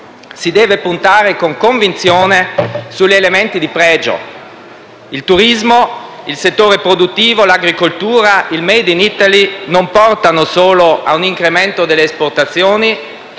Si deve puntare con convinzione sugli elementi di pregio. Infatti, il turismo, il settore produttivo, l'agricoltura, il *made in Italy* non portano solo a un incremento delle esportazioni,